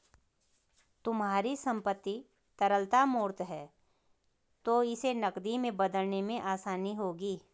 तुम्हारी संपत्ति तरलता मूर्त है तो इसे नकदी में बदलने में आसानी होगी